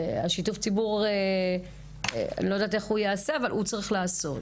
השיתוף ציבור אני לא יודעת איך הוא ייעשה אבל הוא צריך להיעשות.